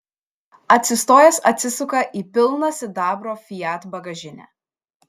atsistojęs atsisuka į pilną sidabro fiat bagažinę